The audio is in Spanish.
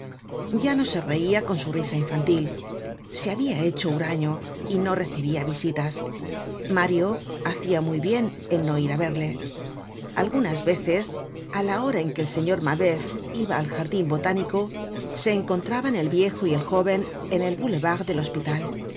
ya no se reia con su risa infantil se habia hecho huraño y no recibia visitas mario hacia muy bien en no ir á verle algunas veces á la hora en que el señor mabeuf iba al jardin botánico se encontraban el viejo y el jóven en el boulevard del hospital